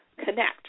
connect